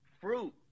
fruit